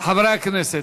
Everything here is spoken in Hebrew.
חברי הכנסת,